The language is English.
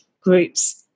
groups